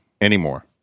anymore